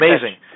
amazing